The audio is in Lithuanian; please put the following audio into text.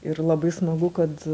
ir labai smagu kad